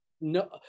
no